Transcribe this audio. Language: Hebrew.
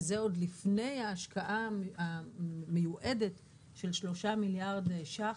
וזה עוד לפני ההשקעה המיועדת של שלושה מיליארד ₪.